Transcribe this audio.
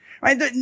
right